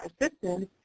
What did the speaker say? assistance